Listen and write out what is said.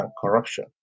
corruption